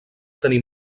tenir